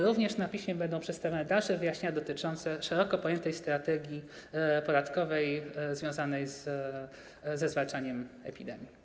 Również na piśmie będą przedstawiane dalsze wyjaśnienia dotyczące szeroko pojętej strategii podatkowej związanej ze zwalczaniem epidemii.